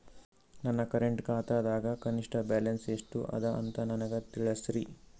ನನ್ನ ಕರೆಂಟ್ ಖಾತಾದಾಗ ಕನಿಷ್ಠ ಬ್ಯಾಲೆನ್ಸ್ ಎಷ್ಟು ಅದ ಅಂತ ನನಗ ತಿಳಸ್ರಿ